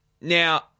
Now